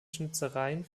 schnitzereien